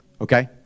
Okay